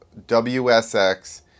WSX